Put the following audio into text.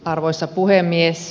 arvoisa puhemies